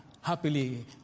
happily